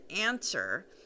answer